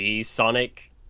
sonic